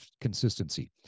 consistency